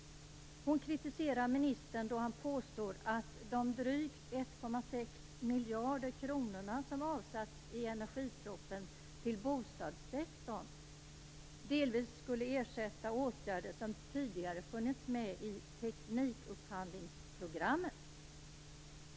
Hon kritiserar ministern då han påstår att de drygt 1,6 miljarder kronor som avsatts i energipropositionen till bostadssektorn delvis skall ersätta åtgärder som tidigare funnits med i teknikupphandlingsprogrammet.